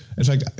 in fact,